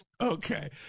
okay